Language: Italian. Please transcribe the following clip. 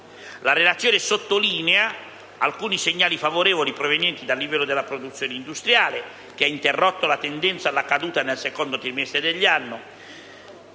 La Relazione sottolinea alcuni segnali favorevoli provenienti dal livello della produzione industriale, che ha interrotto la tendenza alla caduta nel secondo trimestre dell'anno,